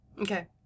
Okay